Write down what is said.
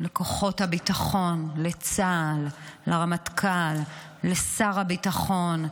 לכוחות הביטחון, לצה"ל, לרמטכ"ל, לשר הביטחון,